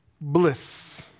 bliss